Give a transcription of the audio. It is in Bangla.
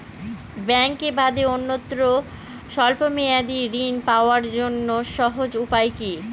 ব্যাঙ্কে বাদে অন্যত্র স্বল্প মেয়াদি ঋণ পাওয়ার জন্য সহজ উপায় কি?